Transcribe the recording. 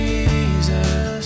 Jesus